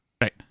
Right